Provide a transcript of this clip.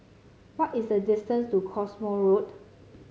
what is the distance to Cottesmore Road